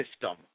system